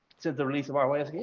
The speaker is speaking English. to the release of our waiting. yeah,